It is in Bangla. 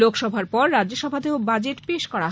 লোকসভার পর রাজ্যসভাতেও বাজেট পেশ করা হয়